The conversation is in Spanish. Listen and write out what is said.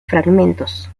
fragmentos